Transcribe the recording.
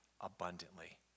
abundantly